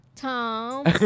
Tom